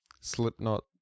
Slipknot